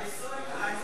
ההיסטוריה,